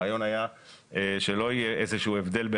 הרעיון היה שלא יהיה איזה שהוא הבדל.